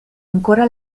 ancora